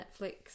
Netflix